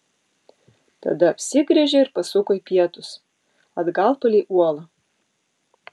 tada apsigręžė ir pasuko į pietus atgal palei uolą